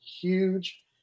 huge